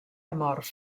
amorf